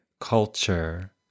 culture